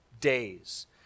days